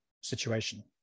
situation